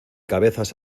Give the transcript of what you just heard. cabezas